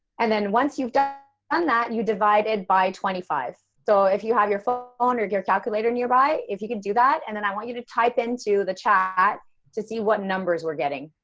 and then once you've done and that you divided by twenty five. so if you have your phone um or your calculator nearby. if you can do that and then i want you to type into the chat to see what numbers we're getting,